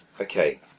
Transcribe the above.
okay